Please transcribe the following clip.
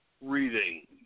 reading